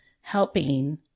helping